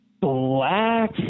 black